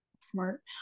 Smart